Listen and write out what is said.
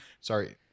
Sorry